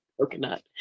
coconut